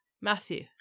Matthew